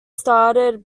started